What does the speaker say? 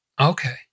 Okay